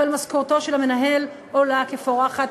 אבל משכורתו של המנהל עולה כפורחת,